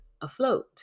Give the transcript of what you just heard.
afloat